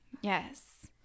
yes